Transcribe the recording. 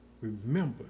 Remember